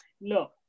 Look